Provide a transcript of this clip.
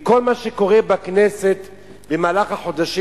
מכל מה שקורה בכנסת במהלך החודשים